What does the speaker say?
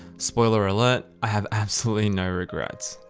spoiler alert i have absolutely no regrets.